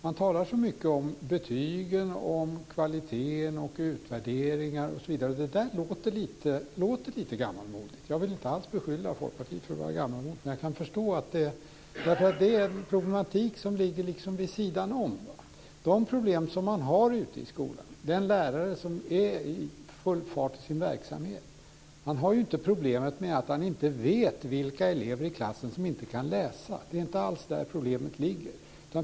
Man talar så mycket om betygen, om kvaliteten och om utvärderingar osv., och det låter lite gammalmodigt. Jag vill inte alls beskylla Folkpartiet för att vara gammalmodigt, men det är en problematik som ligger vid sidan om de problem som man har ute i skolorna. Den lärare som är i full verksamhet har inte problemet med att han inte vet vilka elever i klassen som inte kan läsa. Det är inte alls där problemet ligger.